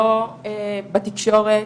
לא בתקשורת,